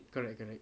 correct correct